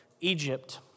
Egypt